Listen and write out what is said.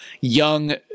young